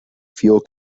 fuel